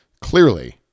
clearly